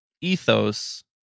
ethos